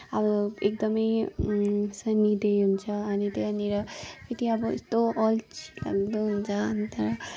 अब एकदमै sunny day हुन्छ अनि त्यहाँनिर त्यो अब चाहिँ अल्छिलाग्दो हुन्छ अन्त